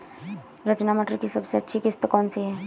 रचना मटर की सबसे अच्छी किश्त कौन सी है?